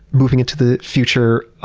moving into the future,